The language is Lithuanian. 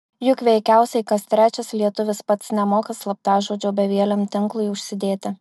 juk veikiausiai kas trečias lietuvis pats nemoka slaptažodžio bevieliam tinklui užsidėti